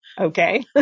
Okay